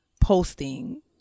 posting